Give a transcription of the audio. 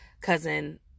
cousin